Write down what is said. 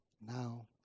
now